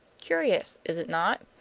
curious, is it not?